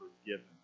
forgiven